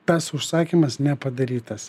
tas užsakymas nepadarytas